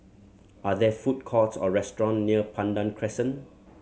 are there food courts or restaurants near Pandan Crescent